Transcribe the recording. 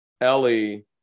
Ellie